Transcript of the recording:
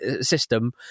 system